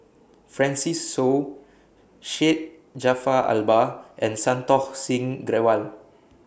Francis Seow Syed Jaafar Albar and Santokh Singh Grewal